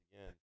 again